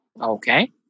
Okay